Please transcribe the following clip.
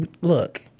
look